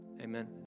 amen